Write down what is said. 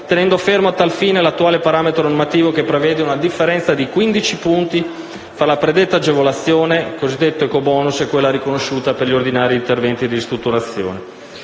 tenendo fermo a tal fine l'attuale parametro normativo che prevede una differenza di 15 punti tra la predetta agevolazione (il cosiddetto ecobonus) e quella riconosciuta per gli ordinari interventi di ristrutturazione.